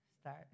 Start